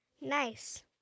Nice